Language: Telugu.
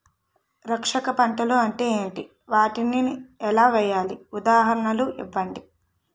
రక్షక పంటలు అంటే ఏంటి? వాటిని ఎలా వేయాలి? ఉదాహరణలు ఇవ్వండి?